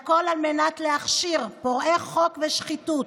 והכול על מנת להכשיר פורעי חוק ושחיתות.